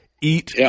eat